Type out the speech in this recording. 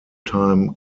time